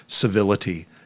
civility